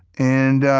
and